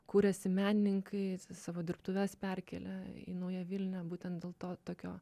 kuriasi menininkai savo dirbtuves perkelia į naują vilnią būtent dėl to tokio